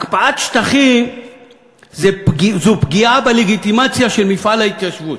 הקפאת בנייה בשטחים זו פגיעה בלגיטימציה של מפעל ההתיישבות.